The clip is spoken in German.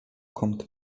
kommt